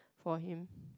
for him